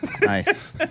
Nice